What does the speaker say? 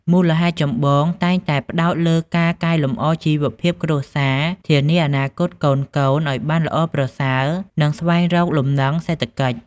មូលហេតុចម្បងតែងតែផ្តោតលើការកែលម្អជីវភាពគ្រួសារ ធានាអនាគតកូនៗឲ្យបានល្អប្រសើរ និងស្វែងរកលំនឹងសេដ្ឋកិច្ច។